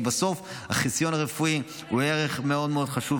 כי בסוף החיסיון הרפואי הוא ערך מאוד מאוד חשוב,